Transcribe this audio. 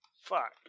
Fuck